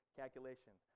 calculation